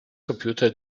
computer